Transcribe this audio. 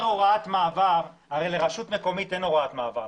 "הוראת מעבר" הרי לרשות מקומית אין הוראת מעבר,